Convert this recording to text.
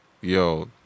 Yo